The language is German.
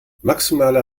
maximaler